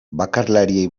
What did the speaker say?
bakarlariei